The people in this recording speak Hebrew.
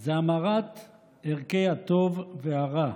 זה המרת ערכי הטוב והרע.